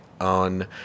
on